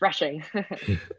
refreshing